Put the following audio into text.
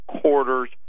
quarters